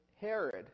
Herod